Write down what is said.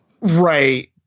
right